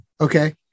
Okay